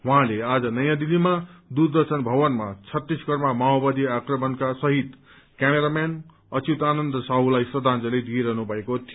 उहाँले आज नयाँ दिल्तीमा दूरदर्शन भवनमा छत्तीसगढ़मा माओवादी आक्रमणका शहीद क्यामेराम्यान अच्युतानन्द साहुलाई श्रद्धांजलि दिइरहनु भएको थियो